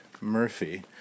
Murphy